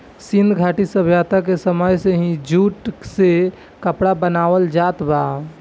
सिंधु घाटी सभ्यता के समय से ही जूट से कपड़ा बनावल जात बा